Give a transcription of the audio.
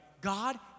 God